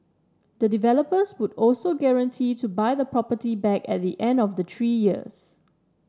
the developers would also guarantee to buy the property back at the end of the three years